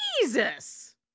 Jesus